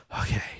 okay